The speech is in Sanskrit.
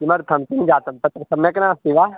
किमर्थं किं जातं तत्र सम्यक् नास्ति वा